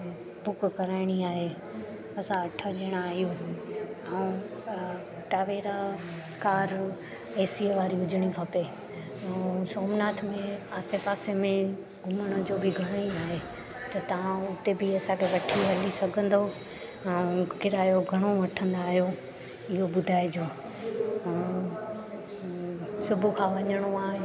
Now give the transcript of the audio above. book कराइणी आहे असां अठ ॼणा आहियूं ऐं टावेरा कार एसीअ वारी हुजण खपे ऐं सोमनाथ में आसे पासे में घुमण जो बि घणो ई आहे त तव्हां उते बि असांखे वठी हली सघंदव ऐं किरायो घणो वठंदा आहियो इहो ॿुधाइजो ऐं सुबुह खां वञिणो आहे